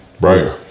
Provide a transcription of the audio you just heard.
right